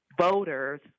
voters